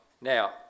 Now